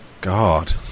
God